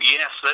Yes